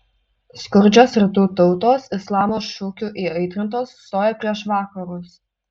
skurdžios rytų tautos islamo šūkių įaitrintos stojo prieš vakarus